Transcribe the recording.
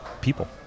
people